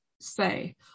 say